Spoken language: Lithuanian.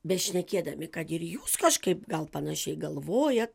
bešnekėdami kad ir jūs kažkaip gal panašiai galvojat